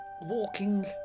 Walking